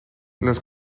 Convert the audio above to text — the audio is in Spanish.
los